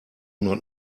not